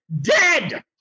dead